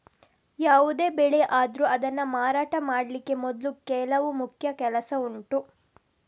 ಯಾವುದೇ ಬೆಳೆ ಆದ್ರೂ ಅದನ್ನ ಮಾರಾಟ ಮಾಡ್ಲಿಕ್ಕೆ ಮೊದ್ಲು ಕೆಲವು ಮುಖ್ಯ ಕೆಲಸ ಉಂಟು